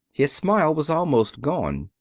his smile was almost gone.